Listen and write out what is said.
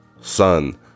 son